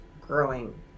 growing